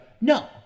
no